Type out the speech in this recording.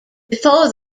before